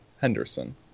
Henderson